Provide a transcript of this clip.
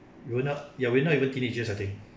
we were not ya we were not even teenagers I think